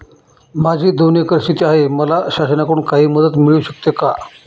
माझी दोन एकर शेती आहे, मला शासनाकडून काही मदत मिळू शकते का?